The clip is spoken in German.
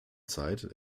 zeit